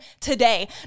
today